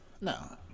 no